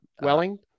Welling